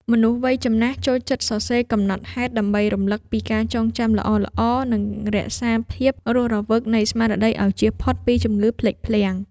មនុស្សវ័យចំណាស់ ចូលចិត្តសរសេរកំណត់ហេតុដើម្បីរំលឹកពីការចងចាំល្អៗ និងរក្សាភាពរស់រវើកនៃស្មារតីឱ្យជៀសផុតពីជំងឺភ្លេចភ្លាំង។